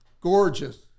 Gorgeous